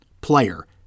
player